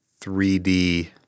3D